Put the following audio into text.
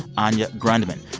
anya grundmann.